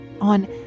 On